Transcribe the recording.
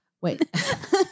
Wait